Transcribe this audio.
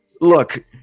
look